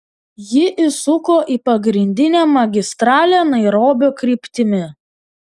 ji įsuko į pagrindinę magistralę nairobio kryptimi